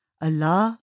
Allah